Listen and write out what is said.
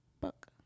book